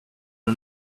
her